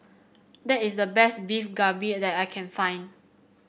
that is the best Beef Galbi that I can find